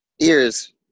Ears